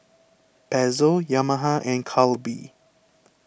Pezzo Yamaha and Calbee